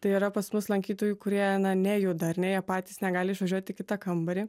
tai yra pas mus lankytojų kurie na nejuda ar ne jie patys negali išvažiuot į kitą kambarį